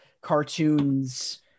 cartoons